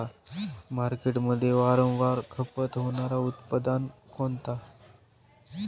मार्केटमध्ये वारंवार खपत होणारे उत्पादन कोणते?